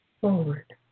forward